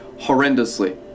horrendously